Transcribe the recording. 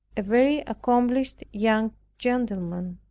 a very accomplished young gentleman.